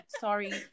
sorry